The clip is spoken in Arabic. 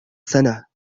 سنة